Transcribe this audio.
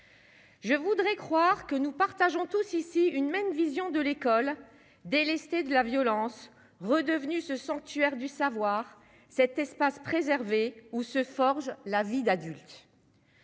je voudrais croire que nous partageons tous, ici, une même vision de l'école, délesté de la violence, redevenu ce sanctuaire du savoir, cet espace préservé où se forge la vie d'adulte.